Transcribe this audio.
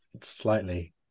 slightly